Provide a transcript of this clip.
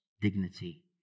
dignity